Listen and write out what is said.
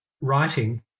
writing